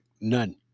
None